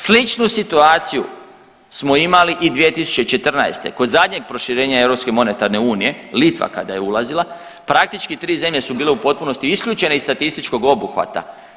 Sličnu situaciju smo imali i 2014. kod zadnjeg proširenja Europske monetarne unije, Litva kada je ulazila, praktički 3 zemlje su bile u potpunosti isključene iz statističkog obuhvata.